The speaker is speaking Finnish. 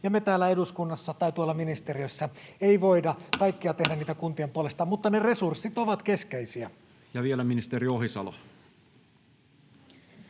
me täällä eduskunnassa tai tuolla ministeriössä ei voida kaikkea tehdä kuntien puolesta, mutta ne resurssit ovat keskeisiä. Ja vielä ministeri Ohisalo.